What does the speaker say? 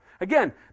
Again